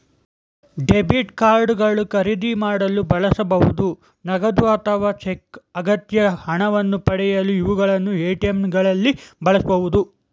debit card ಗಳು ಖರೀದಿ ಮಾಡಲು ಬಳಸಬಹುದು ನಗದು ಅಥವಾ ಚೆಕ್ ಅಗತ್ಯ ಹಣವನ್ನು ಪಡೆಯಲು ಇವುಗಳನ್ನು ಎ.ಟಿ.ಎಂ ಗಳಲ್ಲಿ ಬಳಸಬಹುದು